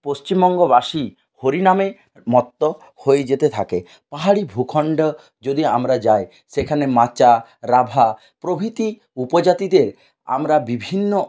পশ্চিমবঙ্গবাসী হরিনামে মত্ত হয়ে যেতে থাকে পাহাড়ি ভূখন্ড যদি আমরা যাই সেখানে মাচা রাভা প্রভৃতি উপজাতিদের আমরা বিভিন্ন